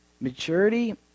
Maturity